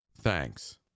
Thanks